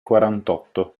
quarantotto